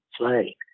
play